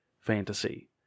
fantasy